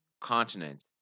continent